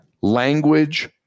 language